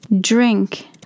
Drink